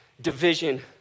division